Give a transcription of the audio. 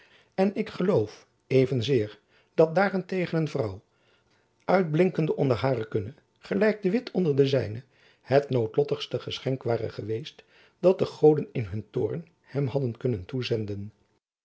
en ik geloof evenzeer dat daar-en-tegen een vrouw uitblinkende onder hare kunne gelijk de witt onder de zijne het noodlottigste geschenk ware geweest dat de goden in hun toorn hem hadden kunnen toezenden